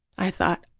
i thought,